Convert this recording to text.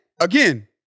again